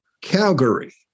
Calgary